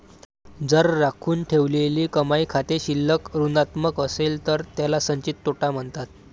जर राखून ठेवलेली कमाई खाते शिल्लक ऋणात्मक असेल तर त्याला संचित तोटा म्हणतात